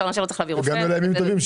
הגענו לימים טובים,